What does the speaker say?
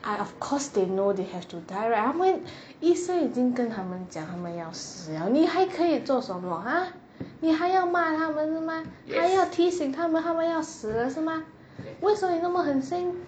I of course they know they have to die right 他们医生已经跟他们讲他们要死了你还可以做什么 !huh! 你还要骂他们吗还要提醒他们要死了是吗为什么你那么狠心